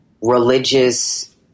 religious